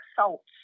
salts